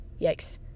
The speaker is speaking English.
Yikes